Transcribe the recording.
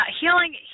healing